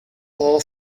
all